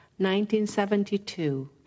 1972